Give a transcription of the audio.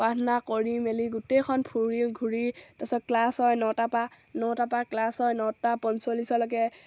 প্ৰাথনা কৰি মেলি গোটেইখন ফুৰি ঘূৰি তাৰপিছত ক্লাছ হয় নটা পৰা নটা পৰা ক্লাছ হয় নটা পঞ্চল্লিছলৈকে